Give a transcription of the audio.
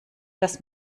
dass